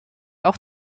auch